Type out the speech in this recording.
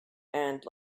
and